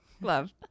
love